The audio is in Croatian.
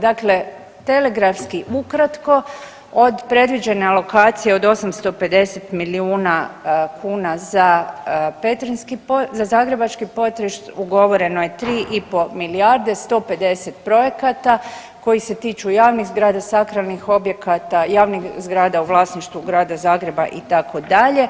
Dakle, telegrafski ukratko od predviđene alokacije od 850 milijuna kuna za zagrebački potres ugovoreno je 3,5 milijarde 150 projekata koji se tiču javnih zgrada, sakralnih objekata, javnih zgrada u vlasništvu Grada Zagreba itd.